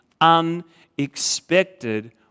unexpected